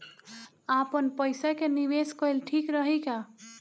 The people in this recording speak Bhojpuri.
आपनपईसा के निवेस कईल ठीक रही का?